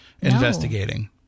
investigating